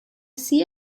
see